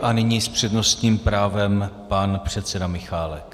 A nyní s přednostním právem pan předseda Michálek.